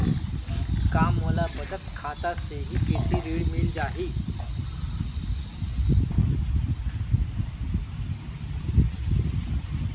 का मोला बचत खाता से ही कृषि ऋण मिल जाहि?